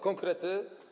Konkrety.